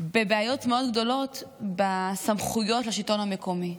בבעיות מאוד גדולות בסמכויות השלטון המקומי,